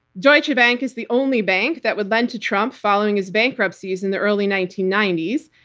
deutsche bank is the only bank that would lend to trump following his bankruptcies in the early nineteen ninety s.